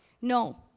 No